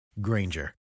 Granger